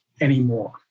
anymore